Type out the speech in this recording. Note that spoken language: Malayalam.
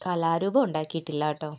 കലാരൂപം ഉണ്ടാക്കിയിട്ടില്ല കേട്ടോ